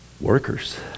workers